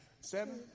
Seven